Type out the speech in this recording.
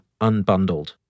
unbundled